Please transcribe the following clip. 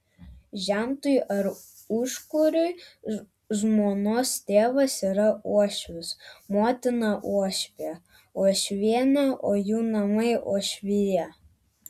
žentui ar užkuriui žmonos tėvas yra uošvis motina uošvė uošvienė o jų namai uošvija